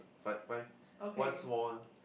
five five one small